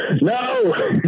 no